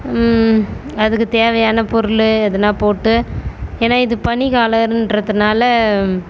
அதுக்குத் தேவையான பொருள் அதெல்லாம் போட்டு ஏன்னால் இது பனிக்காலன்றதுனால்